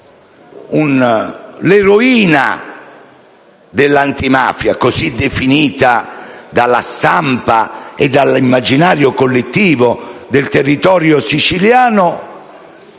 l'eroina dell'antimafia, così definita dalla stampa e dall'immaginario collettivo del territorio siciliano,